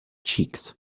cheeks